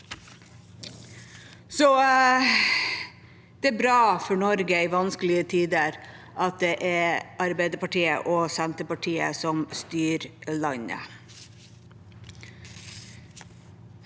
det er bra for Norge i vanskelige tider at det er Arbeiderpartiet og Senterpartiet som styrer landet.